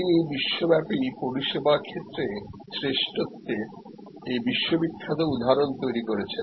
তিনি বিশ্বব্যাপী পরিষেবা ক্ষেত্রে শ্রেষ্ঠত্বের এই বিশ্ব বিখ্যাত উদাহরণ তৈরি করেছেন